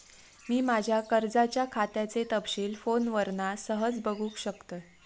मी माज्या कर्जाच्या खात्याचे तपशील फोनवरना सहज बगुक शकतय